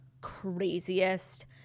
craziest